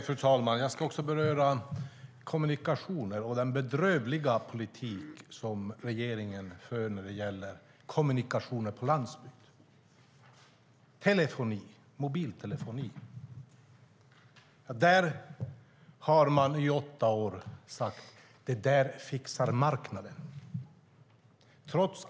Fru talman! Jag ska också beröra kommunikationer och den bedrövliga politik som regeringen för när det gäller kommunikationer på landsbygd - telefoni och mobiltelefoni. Där har man i åtta år sagt: Det där fixar marknaden.